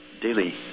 Daily